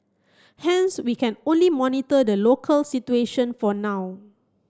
hence we can only monitor the local situation for now